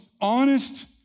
honest